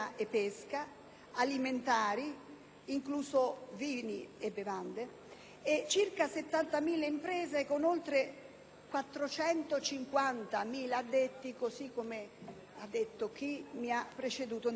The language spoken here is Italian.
alimentari, incluso vini e bevande, e circa 70.000 imprese con oltre 450.000 addetti, così come è stato detto negli interventi